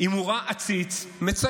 האם הוא ראה עציץ מצייץ.